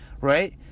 right